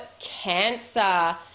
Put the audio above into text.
Cancer